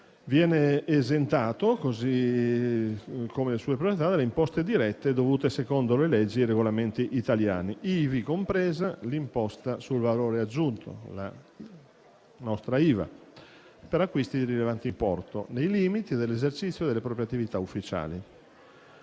viene esentato, così come le sue proprietà, dalle imposte dirette dovute secondo le leggi e i regolamenti italiani, ivi compresa l'imposta sul valore aggiunto, la nostra IVA, per acquisti di rilevante importo nei limiti dell'esercizio delle proprie attività ufficiali.